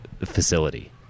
facility